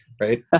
right